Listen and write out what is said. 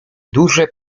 duże